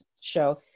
show